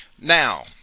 Now